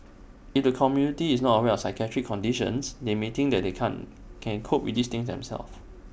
if the community is not aware of psychiatric conditions they may think that they can't can cope with these things themselves